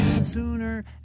sooner